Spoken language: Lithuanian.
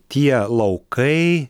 tie laukai